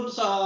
sa